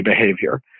behavior